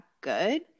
good